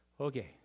Okay